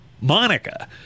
Monica